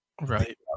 right